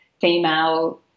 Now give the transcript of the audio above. female